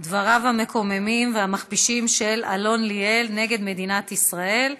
דבריו המקוממים והמכפישים של אלון ליאל נגד מדינת ישראל,